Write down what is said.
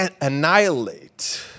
annihilate